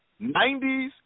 90s